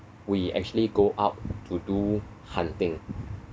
we actually go out to do hunting